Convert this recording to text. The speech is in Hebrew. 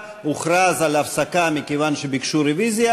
16:00, והוכרז על הפסקה מכיוון שביקשו רוויזיה.